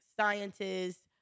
scientists